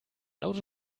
auto